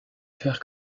faire